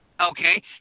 Okay